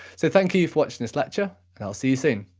so thank you you for watching this lecture, and i'll see you soon.